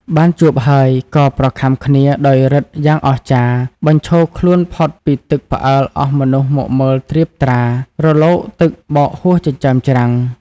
បានជួបហើយក៏ប្រខាំគ្នាដោយឫទ្ធិយ៉ាងអស្ចារ្យ បញ្ឈរខ្លួនផុតពីទឹកផ្អើល អស់មនុស្សមកមើលត្រៀបត្រា រលកទឹកបោកហួសចិញ្ចើមច្រាំង ។